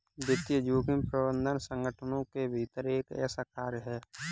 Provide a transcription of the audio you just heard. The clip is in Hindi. वित्तीय जोखिम प्रबंधन संगठनों के भीतर एक ऐसा कार्य है